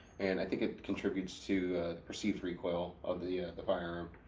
and i think it contributes to the perceived recoil of the the firearm.